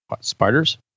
Spiders